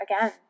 Again